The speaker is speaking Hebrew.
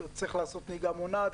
שצריך לעשות נהיגה מונעת,